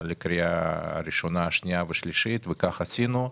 לקריאה ראשונה, שנייה ושלישית, וכך עשינו.